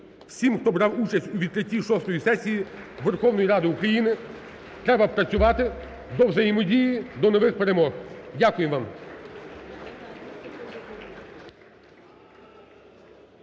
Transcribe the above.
всім, хто брав участь у відкритті шостої сесії Верховної Ради України. Треба працювати. До взаємодії, до нових перемог! Дякуємо вам!